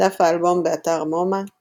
דף האלבום באתר מומה ==